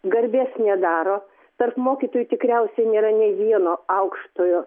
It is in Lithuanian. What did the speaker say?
garbės nedaro tarp mokytojų tikriausiai nėra nė vieno aukštojo